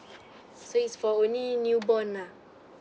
so it's for only new born lah